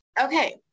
Okay